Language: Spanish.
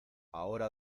ahora